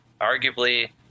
arguably